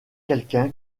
quelqu’un